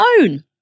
own